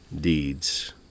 deeds